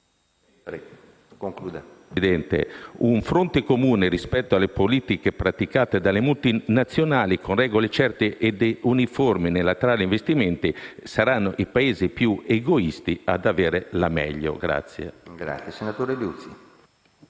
un fronte comune rispetto alle politiche praticate dalle multinazionali, con regole certe e uniformi nell'attrarre investimenti, saranno i Paesi più egoisti ad avere la meglio.